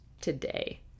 today